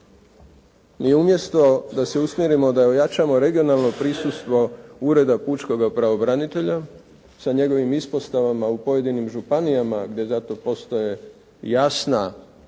i umjesto da se usmjerimo da ojačamo regionalno prisutstvo ureda pučkog pravobranitelja sa njegovim ispostavama u pojedinim županijama gdje za to postoje jasna i